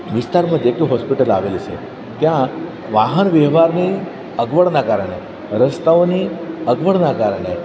વિસ્તારમાં જેટલી હોસ્પિટલ આવેલી છે ત્યાં વાહન વ્યવહારની અગવડના કારણે રસ્તાઓની અગવડના કારણે